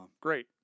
Great